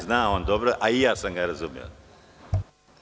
Zna on dobro, a i ja sam ga razumeo.